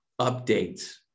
updates